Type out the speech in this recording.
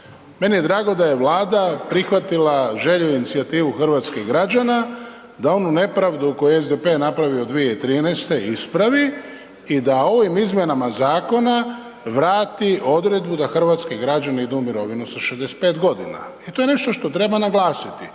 meni je drago da je Vlada prihvatila želju i inicijativu hrvatskih građana da onu nepravdu koju je SDP napravio 2013. ispravi i da ovim izmjenama zakona vrati odredbu da hrvatski građani idu u mirovinu sa 65 g. i to je nešto što treba naglasiti